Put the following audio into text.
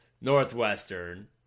Northwestern